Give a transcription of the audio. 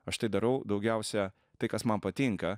aš tai darau daugiausia tai kas man patinka